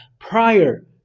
prior